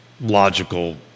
logical